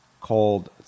called